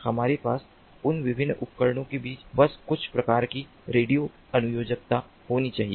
हमारे पास इन विभिन्न उपकरणों के बीच बस कुछ प्रकार की रेडियो अनुयोजकता होनी चाहिए